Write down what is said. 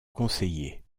conseiller